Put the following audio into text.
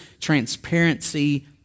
transparency